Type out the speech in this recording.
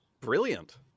brilliant